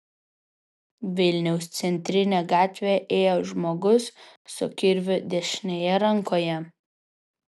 vilniaus centrine gatve ėjo žmogus su kirviu dešinėje rankoje